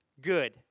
Good